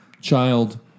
child